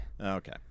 Okay